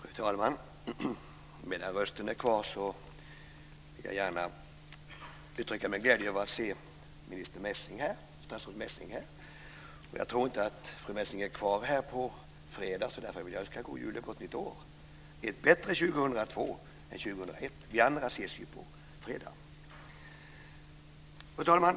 Fru talman! Medan rösten är kvar vill jag gärna uttrycka min glädje över att se statsrådet Messing här. Jag tror inte att fru Messing är kvar på fredag. Därför vill jag önska god jul och gott nytt år, ett bättre 2002 än 2001. Vi andra ses ju på fredag. Fru talman!